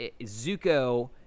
Zuko